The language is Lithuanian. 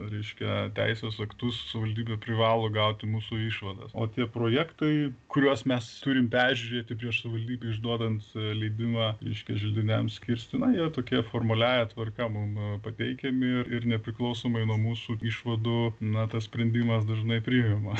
reiškia teisės aktus savivaldybė privalo gauti mūsų išvadas o tie projektai kuriuos mes turim peržiūrėti prieš savivaldybei išduodant leidimą reiškia želdiniams kirsti na jie tokie formaliąja tvarka mum pateikiami ir ir nepriklausomai nuo mūsų išvadų na tas sprendimas dažnai priima